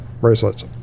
bracelets